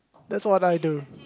that's what I do